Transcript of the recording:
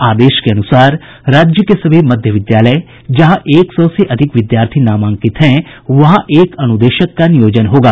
आदेश के अनुसार राज्य के सभी मध्य विद्यालय जहां एक सौ से अधिक विद्यार्थी नामांकित हैं वहां एक अनुदेशक का नियोजन होगा